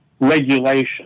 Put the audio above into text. regulation